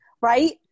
Right